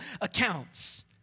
accounts